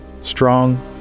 Strong